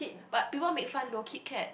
but people make fun though Kit Kat